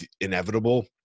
inevitable